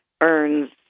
earns